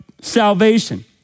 salvation